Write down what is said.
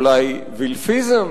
אולי וילפיזם,